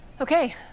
Okay